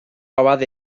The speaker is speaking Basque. abade